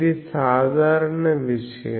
ఇది సాధారణ విషయం